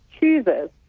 chooses